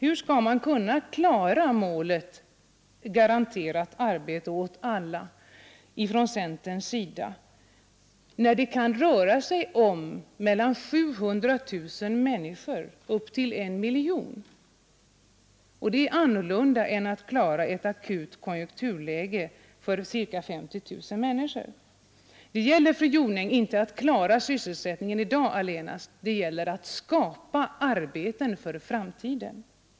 Hur skall man kunna nå målet garanterat arbete åt alla, som uppställts från centerns sida, när det kan röra sig om mellan 700 000 och 1 000 000 människor? Det är annorlunda än att klara ett akut konjunkturläge för ca 50 000 människor. Det gäller, fru Jonäng, inte att klara sysselsättningen i dag allenast, det gäller att skapa arbeten för framtiden!